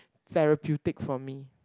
therapeutic for me